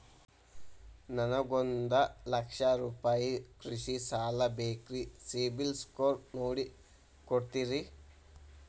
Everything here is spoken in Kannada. ನನಗೊಂದ ಲಕ್ಷ ರೂಪಾಯಿ ಕೃಷಿ ಸಾಲ ಬೇಕ್ರಿ ಸಿಬಿಲ್ ಸ್ಕೋರ್ ನೋಡಿ ಕೊಡ್ತೇರಿ?